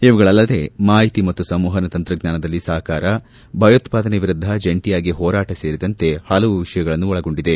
ಇವುಗಳಲ್ಲದೆ ಮಾಹಿತಿ ಮತ್ತು ಸಂವಹನ ತಂತ್ರಜ್ವಾನದಲ್ಲಿ ಸಹಕಾರ ಭಯೋತ್ವಾದನೆ ವಿರುದ್ದ ಜಂಟಿಯಾಗಿ ಹೋರಾಟ ಸೇರಿದಂತೆ ಹಲವು ವಿಷಯಗಳನ್ನು ಒಳಗೊಂಡಿದೆ